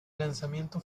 lanzamiento